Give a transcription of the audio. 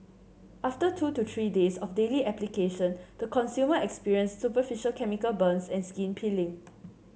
after two to three days of daily application the consumer experienced superficial chemical burns and skin peeling